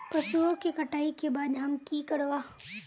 पशुओं के कटाई के बाद हम की करवा?